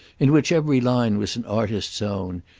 in which every line was an artist's own,